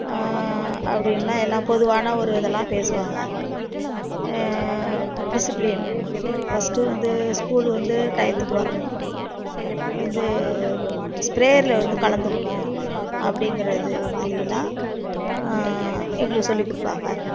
அப்படினுலாம் எல்லாம் பொதுவான ஒரு இதெல்லாம் பேசுவாங்க டிசிப்ளின் ஃபஸ்ட்டு வந்து ஸ்கூல் வந்து டயதுக்கு வரணும் வந்து பிரேயரில் வந்து கலந்துக்கணும் அப்படிங்கிறது மாதிரிலாம் எங்களுக்கு சொல்லிக் கொடுப்பாங்க